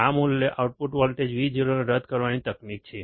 આ output voltage Vo ને રદ કરવાની તકનીક છે